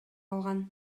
алган